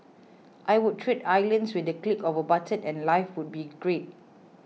I would trade islands with the click of a button and life would be great